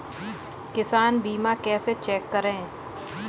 किसान बीमा कैसे चेक करें?